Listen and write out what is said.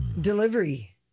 Delivery